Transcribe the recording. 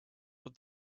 but